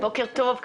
בוקר טוב.